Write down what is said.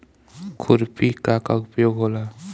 खुरपी का का उपयोग होला?